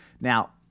Now